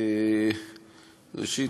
ראשית,